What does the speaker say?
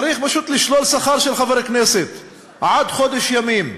צריך פשוט לשלול שכר של חבר כנסת, עד חודש ימים.